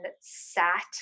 sat